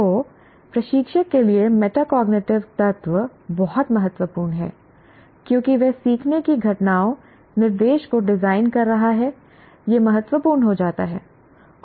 तो प्रशिक्षक के लिए मेटाकॉग्निटिव तत्व बहुत महत्वपूर्ण हैं क्योंकि वह सीखने की घटनाओं निर्देश को डिजाइन कर रहा है यह महत्वपूर्ण हो जाता है